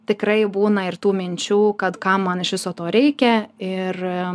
tikrai būna ir tų minčių kad kam man iš viso to reikia ir